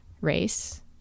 race